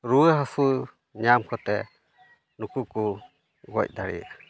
ᱨᱩᱣᱟᱹ ᱦᱟᱹᱥᱩ ᱧᱟᱢ ᱠᱟᱛᱮᱫ ᱱᱩᱠᱩ ᱠᱚ ᱜᱚᱡ ᱫᱟᱲᱮᱭᱟᱜᱼᱟ